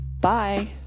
Bye